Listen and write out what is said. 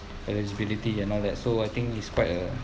eligibility and all that so I think is quite a